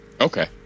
okay